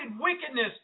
wickedness